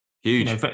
huge